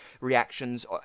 reactions